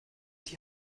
die